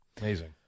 Amazing